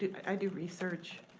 i do research